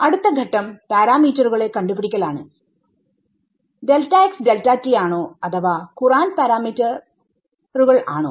അടുത്ത ഘട്ടം പാരമീറ്റരുകളെ കണ്ട് പിടിക്കലാണ് ആണോ അഥവാ കുറാന്റ് പരാമീറ്ററുകൾ ആണോ